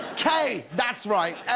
k, that's right.